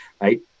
right